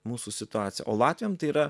mūsų situacija o latviam tai yra